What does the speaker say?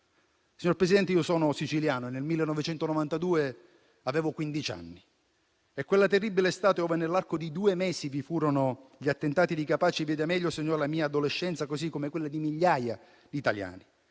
Signor Presidente, io sono siciliano. Nel 1992 avevo quindici anni e quella terribile estate in cui, nell'arco di due mesi, vi furono gli attentati di Capaci e di via D'Amelio segnò la mia adolescenza, così come quella di migliaia di italiani.